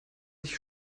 sich